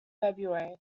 february